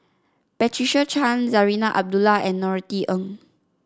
Patricia Chan Zarinah Abdullah and Norothy Ng